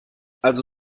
also